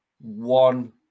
One